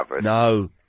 No